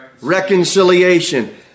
Reconciliation